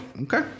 Okay